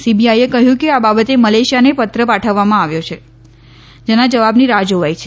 સીબીઆઇએ કહયું કે આ બાબતે મલેશિયાને પત્ર પાઠવવામાં આવ્યો છે જેના જવાબની રાહ જોવાય છે